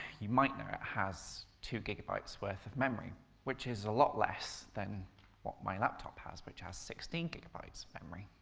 you might know it has two gigabytes worth of memory which is a lot less than what my laptop has, which has sixteen gigabytes of memory.